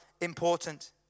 important